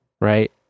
right